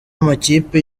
amakipe